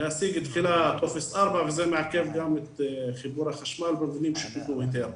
להשיג תחילה טופס 4 וזה מעכב גם את חיבור החשמל במבנים שקיבלו היתר.